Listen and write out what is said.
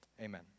Amen